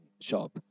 shop